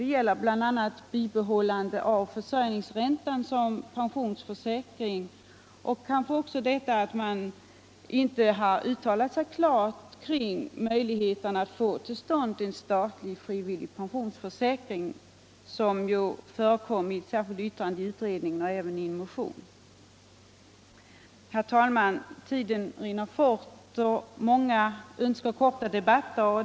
Det gäller bl.a. bibehållande av försörjningsränta som pensionsförsäkring och vidare den omständigheten att man inte har uttalat sig klart beträffande möjligheten att få till stånd en statlig frivillig pensionsförsäkring, som har berörts i särskilt yttrande i utredningen och även i en motion. Herr talman! Tiden rinner iväg snabbt, och många ledamöter önskar korta debatter.